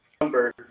number